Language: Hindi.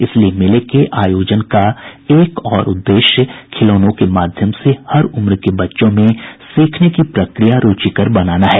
इसलिए मेले के आयोजन का एक और उद्देश्य खिलौनों के माध्यम से हर उम्र के बच्चों में सीखने की प्रक्रिया रुचिकर बनाना है